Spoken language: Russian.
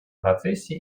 процессе